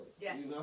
Yes